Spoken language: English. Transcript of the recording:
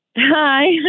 Hi